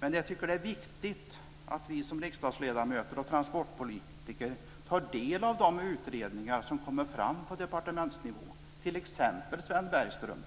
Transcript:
Men jag tycker att det är viktigt att vi som riksdagsledamöter och transportpolitiker tar del av de utredningar som kommer fram på departementsnivå. Sven Bergström